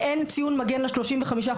כשאין ציון מגן ל-35%,